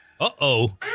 Uh-oh